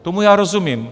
Tomu já rozumím.